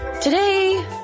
Today